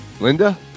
Linda